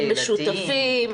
-- חיים משותפים,